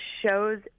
shows